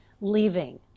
leaving